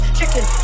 chicken